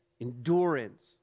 endurance